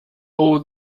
old